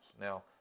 Now